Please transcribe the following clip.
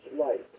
light